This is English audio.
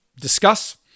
discuss